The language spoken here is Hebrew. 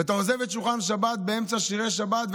ואתה עוזב את שולחן השבת באמצע שירי השבת,